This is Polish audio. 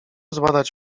zbadać